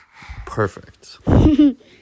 Perfect